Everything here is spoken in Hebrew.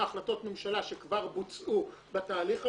החלטות ממשלה שכבר בוצעו בתהליך הזה,